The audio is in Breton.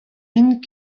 int